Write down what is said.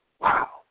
Wow